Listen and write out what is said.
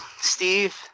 steve